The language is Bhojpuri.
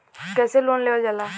कैसे लोन लेवल जाला?